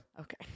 Okay